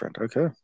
okay